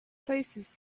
places